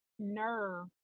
Nerve